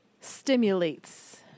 Stimulates